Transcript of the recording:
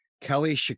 Kelly